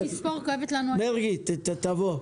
מרגי, תבוא.